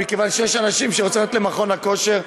מכיוון שיש אנשים שרוצים ללכת למכון הכושר.